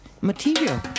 material